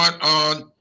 on